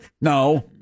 No